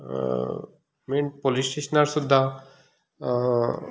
main police स्टेशनार सुद्दां